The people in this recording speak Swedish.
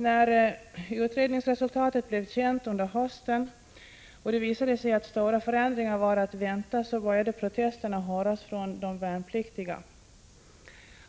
När utredningsresultatet blev känt under hösten och det visade sig att stora förändringar var att vänta började protesterna höras från de värnpliktiga.